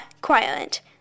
quiet